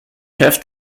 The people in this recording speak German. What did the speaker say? chef